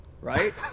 right